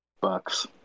Bucks